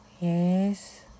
Yes